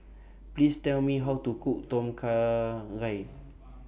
Please Tell Me How to Cook Tom Kha Gai